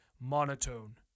monotone